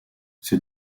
ces